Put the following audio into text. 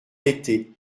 l’été